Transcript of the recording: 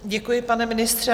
Děkuji, pane ministře.